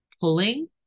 pulling